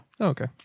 Okay